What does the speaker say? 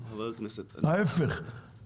ההיפך,